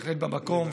בהחלט במקום,